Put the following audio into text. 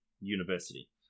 university